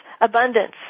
abundance